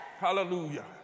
Hallelujah